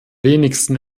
wenigsten